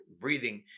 breathing